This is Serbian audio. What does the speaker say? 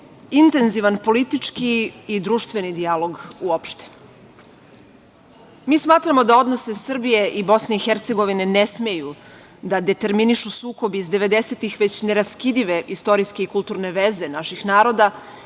intenzivan politički i društveni dijalog uopšte. Mi smatramo da odnosi Srbije i BiH ne smeju da determinišu sukobi iz devedesetih, već neraskidive istorijske i kulturne veze naših naroda